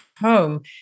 home